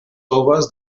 toves